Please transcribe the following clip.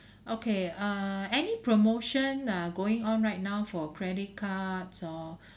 okay err any promotion uh going on right now for credit cards or